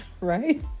right